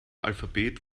alphabet